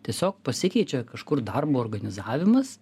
tiesiog pasikeičia kažkur darbo organizavimas